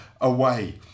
away